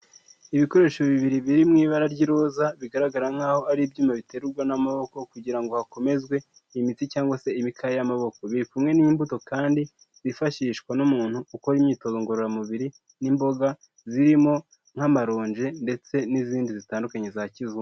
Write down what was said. Ibikoresho bibiri biri mu ibara ry'iroza bigaragara nk'aho ari ibyuma biterwa n'amaboko kugira ngo hakomezwe imitsi cyangwa se ibikaya y'amaboko, birikumwe n'imbuto kandi zifashishwa n'umuntu ukora imyitozo ngororamubiri , n'imboga zirimo nk'amaronje ndetse n'izindi zitandukanye za kizungu.